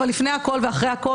אבל לפני הכול ואחרי הכול,